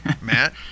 Matt